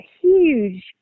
huge